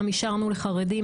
אנחנו אומנם אישרנו לחרדים,